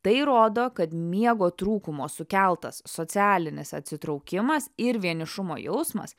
tai rodo kad miego trūkumo sukeltas socialinis atsitraukimas ir vienišumo jausmas